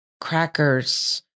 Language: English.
crackers